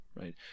right